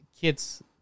kids